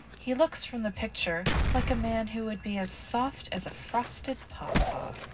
he looks from the picture like a man who would be as soft as a frosted pawpaw.